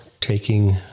Taking